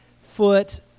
foot